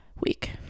week